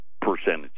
percentage